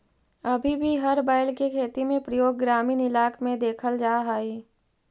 अभी भी हर बैल के खेती में प्रयोग ग्रामीण इलाक में देखल जा हई